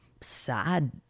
sad